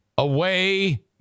Away